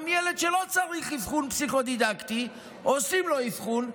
גם לילד שלא צריך אבחון פסיכו-דידקטי עושים אבחון,